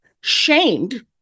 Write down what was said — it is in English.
shamed